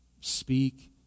speak